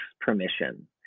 permission